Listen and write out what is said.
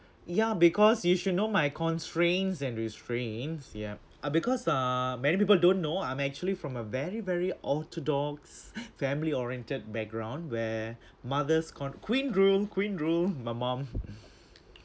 ya because you should know my constraints and restraints yup ah because uh many people don't know I'm actually from a very very orthodox family oriented background where mothers con~ queen rule queen rule my mum